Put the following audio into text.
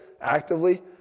actively